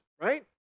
right